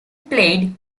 played